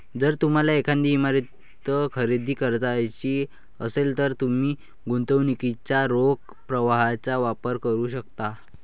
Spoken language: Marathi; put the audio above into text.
जर तुम्हाला एखादी इमारत खरेदी करायची असेल, तर तुम्ही गुंतवणुकीच्या रोख प्रवाहाचा वापर करू शकता